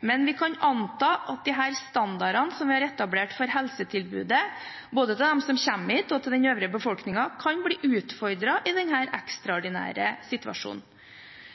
men vi kan anta at disse standardene som er etablert for helsetilbudet, både for dem som kommer hit og for den øvrige befolkningen, kan bli utfordret i denne ekstraordinære situasjonen.